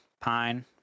pine